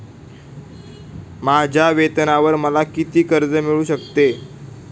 माझ्या वेतनावर मला किती कर्ज मिळू शकते?